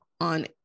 On